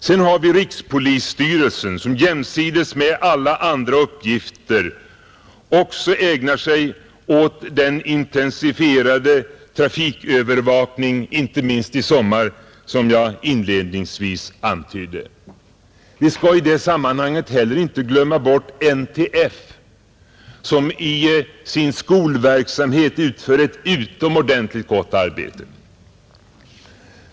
Sedan har vi rikspolisstyrelsen, som jämsides med alla andra uppgifter också ägnar sig åt den intensifierade trafikövervakning, inte minst i sommar, som jag inledningsvis antydde, Vi skall i det sammanhanget heller inte glömma bort NTF som i sin skolverksamhet utför ett utomordentligt gott arbete.